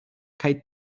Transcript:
kaj